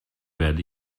werde